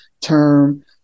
term